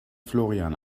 florian